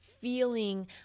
feeling